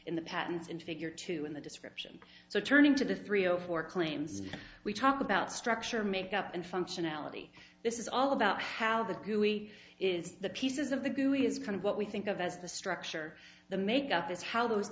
in the patterns in figure two in the description so turning to the three or four claims we talk about structure make up in functionality this is all about how the gooey is the pieces of the gooey is kind of what we think of as the structure the make of this how those